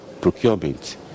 procurement